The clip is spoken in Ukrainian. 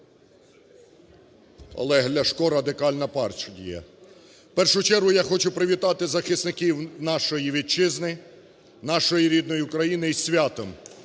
Олег Ляшко, Радикальна партія. В першу чергу я хочу привітати захисників нашої Вітчизни, нашої рідної України із святом